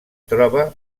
troba